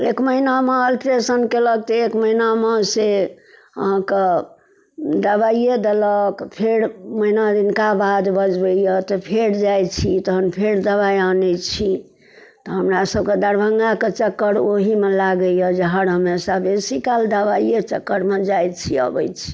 एक महिनामे अल्ट्रेसाउण्ड कयलक तऽ एक महिनामे से अहाँक दबाइए देलक फेर महिना दिनका बाद बजबैयऽ तऽ फेर जाइत छी तहन फेर दबाइ आनैत छी तऽ हमरा सभकऽ दरभङ्गा कऽ चक्कर ओहिमे लागैए जे हर हमेशा बेसी काल दबाइए चक्करमे जाइ छी अबैत छी